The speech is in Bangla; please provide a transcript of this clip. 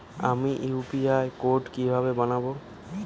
আমি ইউ.পি.আই কোড কিভাবে বানাব?